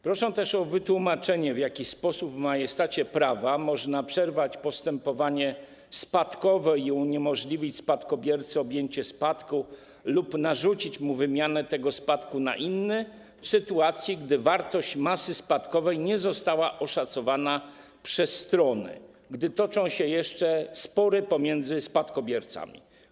Proszę też o wytłumaczenie, w jaki sposób w majestacie prawa można przerwać postępowanie spadkowe i uniemożliwić spadkobiercy objęcie spadku lub narzucić mu wymianę tego spadku na inny, w sytuacji gdy wartość masy spadkowej nie została oszacowana przez stronę, gdy toczą się jeszcze spory pomiędzy spadkobiercami.